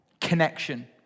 connection